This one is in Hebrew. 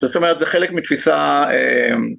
זאת אומרת זה חלק מתפיסה...